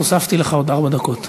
הוספתי לך עוד ארבע דקות,